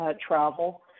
travel